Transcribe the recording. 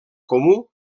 comú